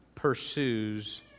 pursues